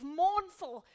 mournful